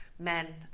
men